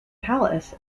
palace